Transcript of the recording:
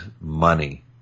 money